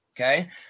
Okay